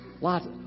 lots